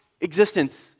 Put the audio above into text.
existence